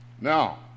Now